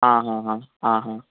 आं हां हां आं हां